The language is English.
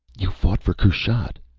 you fought for kushat,